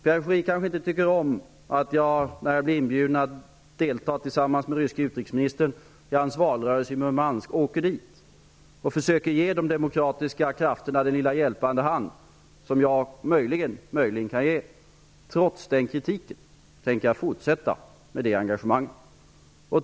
Pierre Schori kanske inte tycker om att jag, när jag blir inbjuden av den ryske utrikesministern till hans valrörelse i Murmansk, åker dit och försöker ge de demokratiska krafterna den lilla hjälpande hand som jag möjligen kan ge. Trots kritiken tänker jag fortsätta med det engagemanget.